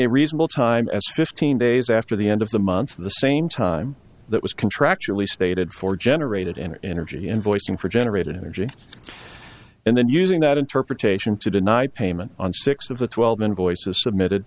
a reasonable time as fifteen days after the end of the month of the same time that was contractually stated for generated an energy invoicing for generated energy and then using that interpretation to deny payment on six of the twelve invoices submitted